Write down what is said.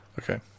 Okay